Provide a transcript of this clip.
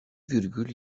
virgül